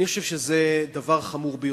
אני חושב שזה דבר חמור ביותר.